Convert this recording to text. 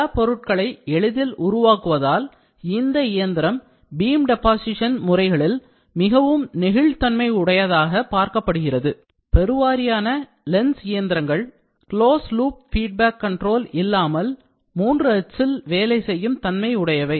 பல பொருட்களை எளிதில் உருவாக்குவதால் இந்த இயந்திரம் பீம் டெபாசிஷன் முறைகளில் மிகவும் நெகிழ் தன்மை உடையதாக பார்க்கப்படுகிறது பெருவாரியான LENS இயந்திரங்கள் closed loop feedback control இல்லாமல் 3 அச்சில் வேலை செய்யும் தன்மை உடையவை